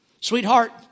Sweetheart